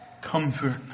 Comfort